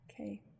Okay